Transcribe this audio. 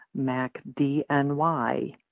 MacDNY